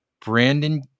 brandon